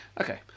Okay